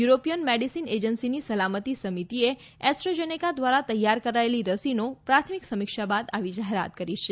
European medicine એજન્સીની સલામતી સમિતીએ એસ્ટ્રેઝેનેકા દ્વારા તૈયાર કરાયેલી રસીનો પ્રાથમિક સમીક્ષા બાદ આવી જાહેરાત કરાઈ છે